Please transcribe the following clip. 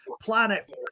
planet